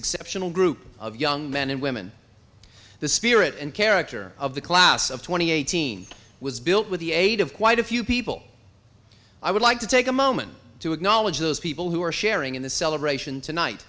exceptional group of young men and women the spirit and character of the class of twenty eighteen was built with the aid of quite a few people i would like to take a moment to acknowledge those people who are sharing in the celebration tonight